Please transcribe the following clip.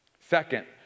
Second